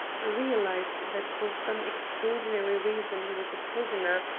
realized that for some extraordinary reason he was a prisoner,